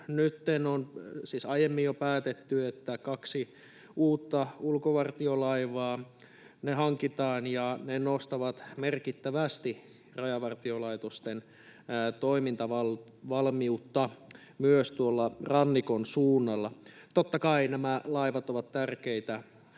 Jo aiemmin on päätetty, että kaksi uutta ulkovartiolaivaa hankitaan, ja ne nostavat merkittävästi rajavartiolaitosten toimintavalmiutta myös tuolla rannikon suunnalla. Totta kai nämä laivat ovat tärkeitä,